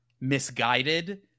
misguided